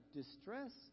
distress